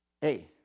hey